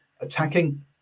Attacking